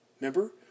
Remember